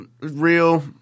real